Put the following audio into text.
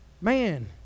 Man